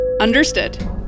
Understood